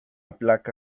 placa